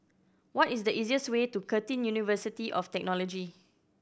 what is the easiest way to Curtin University of Technology